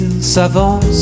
s'avance